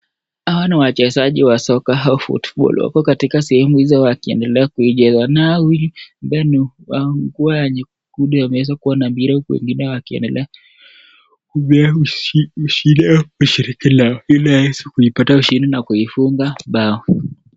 Hawa ni wachezaji wa soka au football wako katika sehemu hizo wakiendelea kuicheza na hao wawili ambao ni wa nguo ya nyekundu wameweza kuwa na mpira huku wengine wakiendelea kupea ushindi au kushiriki ili waeze kuipata ushindi na kuifunga bao.